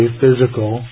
physical